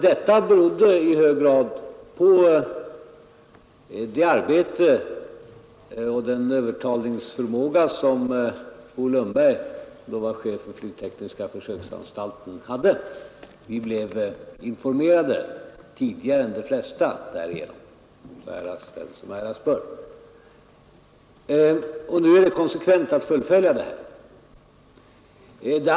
Detta berodde i hög grad på det arbete som Bo Lundberg — som då var chef för flygtekniska försöksanstalten — utförde och den övertalningsförmåga som han hade. Vi blev därigenom informerade tidigare än de flesta — ära den som äras bör. Nu är det konsekvent att fullfölja den linjen.